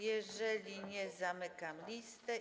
Jeżeli nie, zamykam listę.